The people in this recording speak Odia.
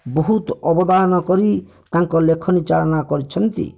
ବହୁତ ଅବଦାନ କରି ତାଙ୍କ ଲେଖନୀ ଚାଳନା କରିଛନ୍ତି